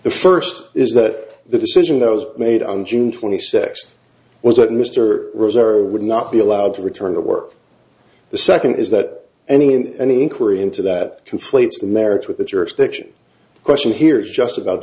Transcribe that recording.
the first is that the decision that was made on june twenty sixth was that mr reserve would not be allowed to return to work the second is that any and any inquiry into that conflates the merits with the jurisdiction question here is just about